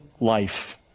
life